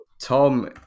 Tom